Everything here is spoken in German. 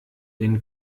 den